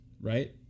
right